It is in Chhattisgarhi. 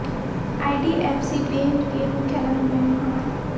आई.डी.एफ.सी बेंक के मुख्यालय मुबई म हवय